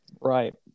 right